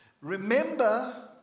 Remember